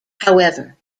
however